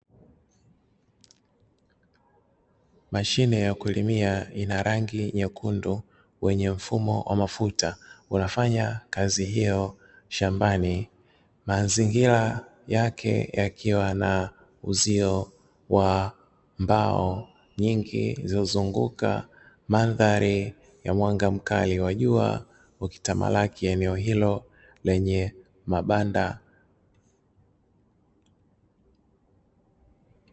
Mashine ya kulimia ina rangi nyekundu kwenye mfumo wa mafuta unafanya kazi hiyo shambani, mazingira yake yakiwa na uzio wa mbao nyingi zilizozunguka, mandhari ya mwanga mkali wa jua ukitamalaki eneo hilo lenye mabanda.